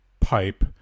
Pipe